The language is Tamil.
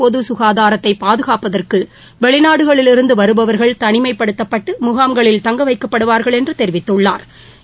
பொது சுகாதாரத்தை பாதுகாப்பதற்கு வெளிநாடுகளிலிருந்து வருபவர்கள் தளிமைப்படுத்தப்பட்டு முகாம்களில் தங்க வைக்கப்படுவார்கள் என்று தெரிவித்துள்ளா்ா